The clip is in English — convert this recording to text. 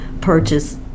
purchase